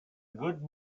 good